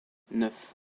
neuf